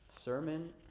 sermon